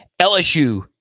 LSU